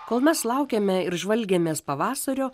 kol mes laukėme ir žvalgėmės pavasario